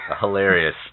Hilarious